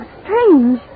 strange